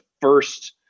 first